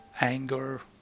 anger